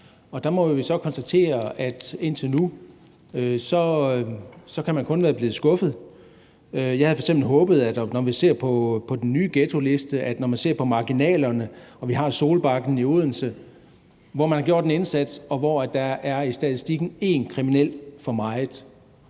og der må vi jo så konstatere, at indtil nu kan man kun være blevet skuffet. Jeg havde f.eks. håbet, når man ser på den nye ghettoliste, og når man ser på marginalerne, og når vi har Solbakken i Odense, hvor man har gjort en indsats, og hvor der i statistikken er én kriminel for meget,